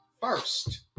first